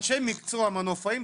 לאנשי המקצוע המנופאים.